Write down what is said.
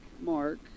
Mark